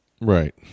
Right